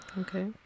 Okay